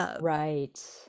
Right